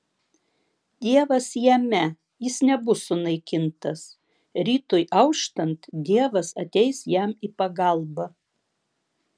dievas jame jis nebus sunaikintas rytui auštant dievas ateis jam į pagalbą